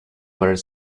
were